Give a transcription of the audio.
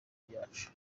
byacu